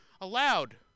allowed